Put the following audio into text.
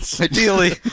Ideally